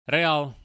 Real